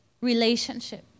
Relationship